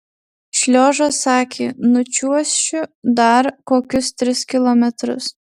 šliožas sakė nučiuošiu dar kokius tris kilometrus